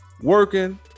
working